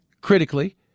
critically